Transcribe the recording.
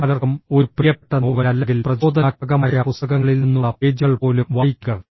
മറ്റു പലർക്കും ഒരു പ്രിയപ്പെട്ട നോവൽ അല്ലെങ്കിൽ പ്രചോദനാത്മകമായ പുസ്തകങ്ങളിൽ നിന്നുള്ള പേജുകൾ പോലും വായിക്കുക